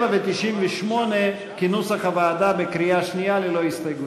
סעיפים 97 ו-98, כנוסח הוועדה, ללא הסתייגויות,